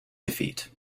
defeat